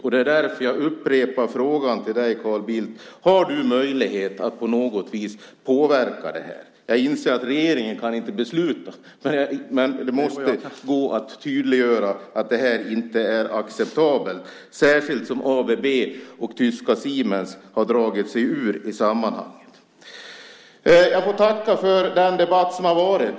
Och det är därför som jag upprepar frågan till dig Carl Bildt: Har du möjlighet att på något vis påverka detta? Jag inser att regeringen inte kan besluta om det, men det måste gå att tydliggöra att detta inte är acceptabelt, särskilt som ABB och tyska Siemens har dragit sig ur detta sammanhang. Jag tackar för debatten.